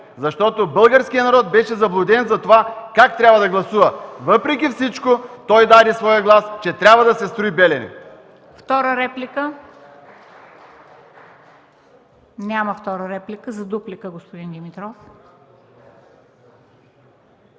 Защото българският народ беше заблуден затова как трябва да гласува. Въпреки всичко той даде своя глас, че трябва да се строи „Белене”.